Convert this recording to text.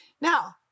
Now